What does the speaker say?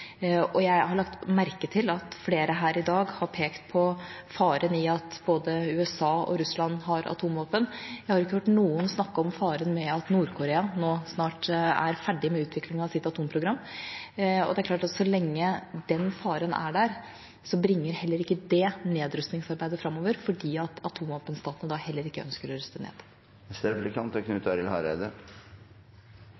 Jeg har lagt merke til at flere her i dag har pekt på faren ved at både USA og Russland har atomvåpen. Jeg har ikke hørt noen snakke om faren ved at Nord-Korea nå snart er ferdig med utviklingen av sitt atomprogram. Det er klart at så lenge den faren er der, bringer heller ikke det nedrustningsarbeidet framover, fordi atomvåpenstatene da heller ikke ønsker å ruste ned. Kristeleg Folkeparti støttar det langsiktige arbeidet for eit forbod mot atomvåpen. Så er